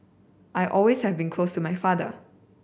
I always have been close my father